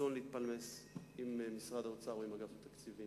רצון להתפלמס עם משרד האוצר ועם אגף התקציבים.